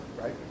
right